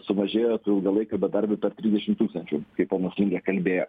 sumažėjo tų ilgalaikių bedarbių per trisdešimt tūkstančių kaip ponas lingė kalbėjo